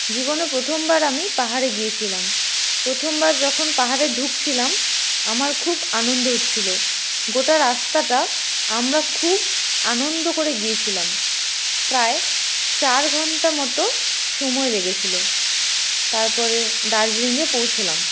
জীবনে প্রথমবার আমি পাহাড়ে গিয়েছিলাম প্রথমবার যখন পাহাড়ে ঢুকছিলাম আমার খুব আনন্দ হচ্ছিলো গোটা রাস্তাটা আমরা খুব আনন্দ করে গিয়েছিলাম প্রায় চার ঘন্টা মতো সময় লেগেছিল তারপরে দার্জিলিংয়ে পৌঁছোলাম